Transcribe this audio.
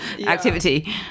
activity